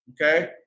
okay